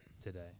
today